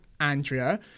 Andrea